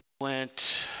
went